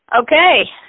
Okay